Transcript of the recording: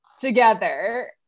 together